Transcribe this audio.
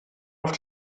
auf